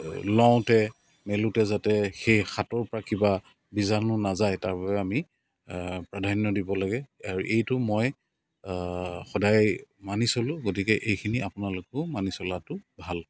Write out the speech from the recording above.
লওঁতে মেলোঁতে যাতে সেই হাতৰ পৰা কিবা বীজাণু নাযায় তাৰবাবে আমি প্ৰাধান্য দিব লাগে আৰু এইটো মই সদায় মানি চলোঁ গতিকে এইখিনি আপোনালোকেও মানি চলাতো ভাল